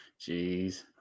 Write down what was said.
Jeez